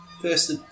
first